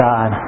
God